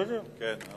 כן.